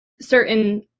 Certain